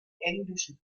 englischen